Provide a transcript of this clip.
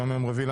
היום יום רביעי,